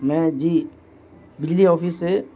میں جی بجلی آفس سے